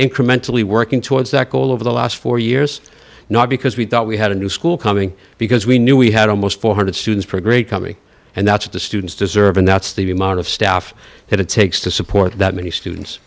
incrementally working towards that goal over the last four years not because we thought we had a new school coming because we knew we had almost four hundred dollars students per grade coming and that's what the students deserve and that's the amount of staff that it takes to support that many students